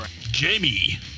jamie